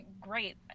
great